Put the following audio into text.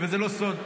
וזה לא סוד,